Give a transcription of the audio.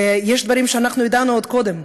יש דברים שידענו עוד קודם,